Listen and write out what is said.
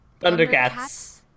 Thundercats